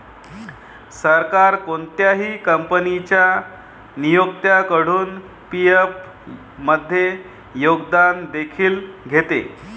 सरकार कोणत्याही कंपनीच्या नियोक्त्याकडून पी.एफ मध्ये योगदान देखील घेते